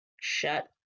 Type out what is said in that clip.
Shut